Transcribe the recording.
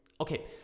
Okay